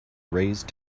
raise